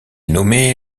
nommé